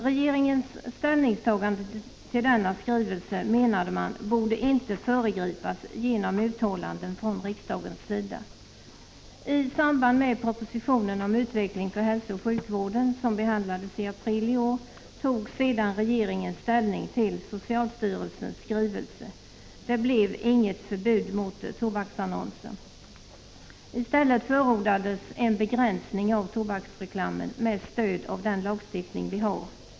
Regeringens ställningstagande till denna skrivelse borde inte, menade man, föregripas genom uttalanden från riksdagens sida. I samband med propositionen om utveckling för hälsooch sjukvården, som behandlades i april i år, tog regeringen ställning till socialstyrelsens skrivelse. Det blev inget förbud mot tobaksannonser. I stället förordades en begränsning av tobaksreklamen med stöd av den lagstiftning vi har.